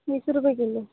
वीस रुपये किलो